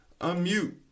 Unmute